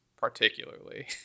particularly